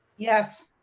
yes.